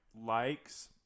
likes